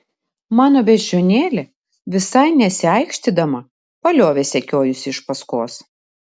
mano beždžionėlė visai nesiaikštydama paliovė sekiojusi iš paskos